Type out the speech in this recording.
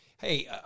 Hey